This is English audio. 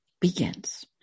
begins